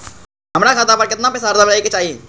हमरा खाता पर केतना पैसा हरदम रहे के चाहि?